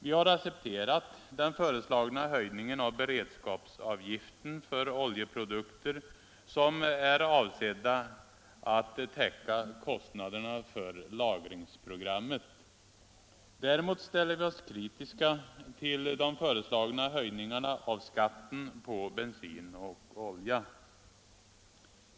Vi har accepterat den föreslagna höjningen av beredskapsavgiften för oljeprodukter, som är avsedd att täcka kostnaderna för lagringsprogrammet. Däremot ställer vi oss kritiska till de föreslagna höjningarna av skatten på bensin och olja.